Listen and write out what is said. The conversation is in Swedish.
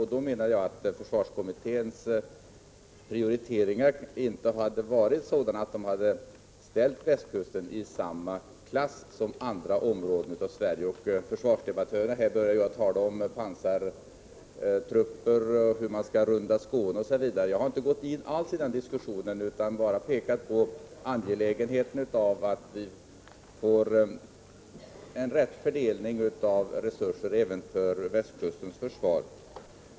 Och då menar jag att försvarskommitténs prioriteringar inte varit sådana att de ställt västkusten i samma klass som andra områden av Sverige. Försvarsdebattörerna börjar tala om pansartrupper, hur man skall runda — Prot. 1985/86:127 Skåne osv. Jag har inte alls gått in i den diskussionen, utan jag har bara pekat 24 april 1986 på angelägenheten av att få en riktig fördelning av resurserna även för västkustens försvar.